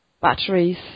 batteries